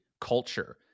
culture